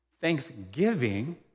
Thanksgiving